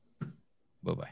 Bye-bye